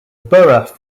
borough